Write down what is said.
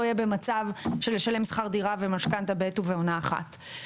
יהיה במצב של לשלם שכר דירה ומשכנתא בעת ובעונה אחת.